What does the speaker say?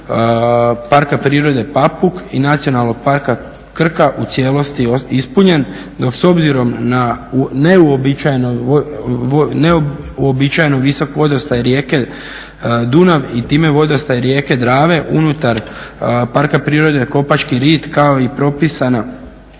Parka prirode Papuk i Nacionalnog parka Krka u cijelosti ispunjen, dok s obzirom na neuobičajen visok vodostaj rijeke Dunav i time vodostaj rijeke Drave unutar Parka prirode Kopački rit, kao i propisana